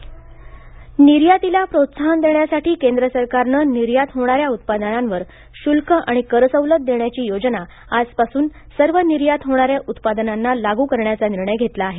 निर्यात धोरण निर्यातीला प्रोत्साहन देण्यासाठी केंद्र सरकारनं निर्यात उत्पादनांवरच्या शुल्क आणि कर सवलत देण्याची योजना आजपासून सर्व निर्यात होणाऱ्या उत्पादनांना लागू करण्याचा निर्णय घेतला आहे